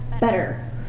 better